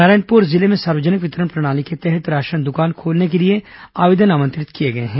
नारायणपुर जिले में सार्वजनिक वितरण प्रणाली के तहत राशन दुकान खोलने के लिए आवेदन आमंत्रित किए गए हैं